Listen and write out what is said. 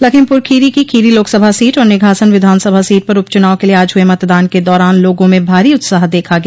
लखीमपुर खीरी की खीरी लोकसभा सीट और निघासन विधानसभा सीट पर उप चुनाव के लिये आज हुए मतदान के दौरान लोगों में भारी उत्साह देखा गया